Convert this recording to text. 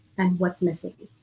and what's missing.